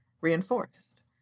reinforced